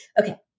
okay